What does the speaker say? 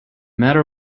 matter